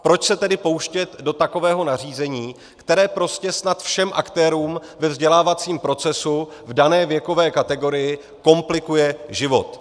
Proč se tedy pouštět do takového nařízení, které snad všem aktérům ve vzdělávacím procesu v dané věkové kategorii komplikuje život?